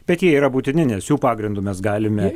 bet jie yra būtini nes jų pagrindu mes galime